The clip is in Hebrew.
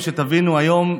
שתבינו: היום,